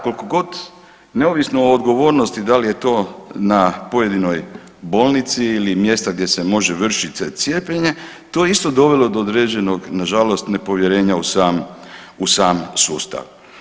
koliko god neovisno o odgovornosti da li je to na pojedinoj bolnici ili mjesta gdje se može vršiti cijepljenje to je isto dovelo do određenog na žalost nepovjerenja u sam sustav.